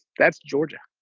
that's georgia